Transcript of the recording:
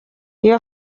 iyo